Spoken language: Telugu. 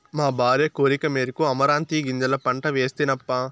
మా భార్య కోరికమేరకు అమరాంతీ గింజల పంట వేస్తినప్పా